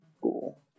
Cool